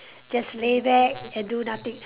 just lay back and do nothing